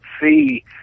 see